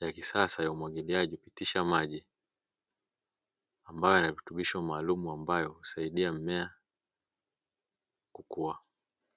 ya kisasa ya umwagiliaji hupitisha maji, ambayo yanayo virutubisho maalum, ambayo husaidia mmea kukuwa.